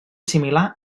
assimilar